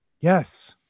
Yes